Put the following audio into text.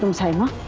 um saima?